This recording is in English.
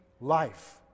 life